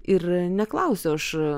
ir neklausiu aš